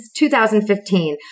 2015